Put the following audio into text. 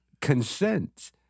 consent